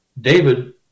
David